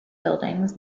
buildings